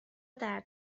درد